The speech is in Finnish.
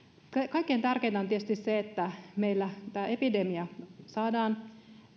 kaikkein tärkeintä on tietysti se että meillä tämä epidemia saadaan